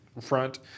front